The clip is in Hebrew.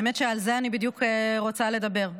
האמת שעל זה אני בדיוק רוצה לדבר,